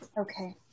Okay